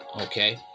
Okay